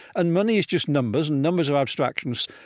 and money is just numbers and numbers are abstractions.